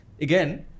Again